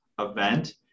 event